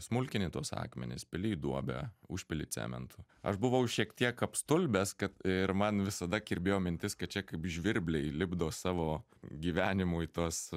smulkini tuos akmenis pili į duobę užpili cementu aš buvau šiek tiek apstulbęs kad ir man visada kirbėjo mintis kad čia kaip žvirbliai lipdo savo gyvenimui tuos